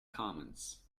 commons